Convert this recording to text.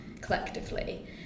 collectively